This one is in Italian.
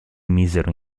misero